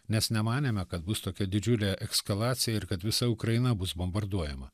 nes nemanėme kad bus tokia didžiulė ekskalacija ir kad visa ukraina bus bombarduojama